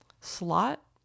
slot